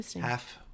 half